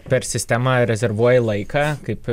per sistemą rezervuoji laiką kaip